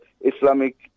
islamic